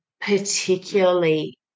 particularly